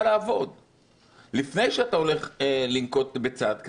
לעבוד לפני שאתה הולך לנקוט צעד כזה.